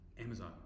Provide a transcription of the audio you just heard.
Amazon